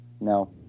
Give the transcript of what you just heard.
No